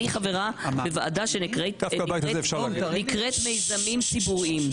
אני חברה בוועדה שנקראת מיזמים ציבוריים.